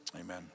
amen